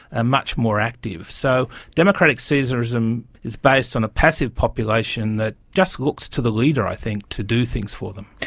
ah much more active. so democratic caesarism is based on a passive that just looks to the leader i think to do things for them.